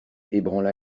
ébranla